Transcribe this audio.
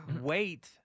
Wait